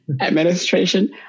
administration